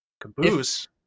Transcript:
Caboose